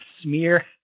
smear